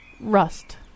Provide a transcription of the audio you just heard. Rust